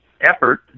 effort